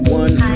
one